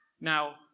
Now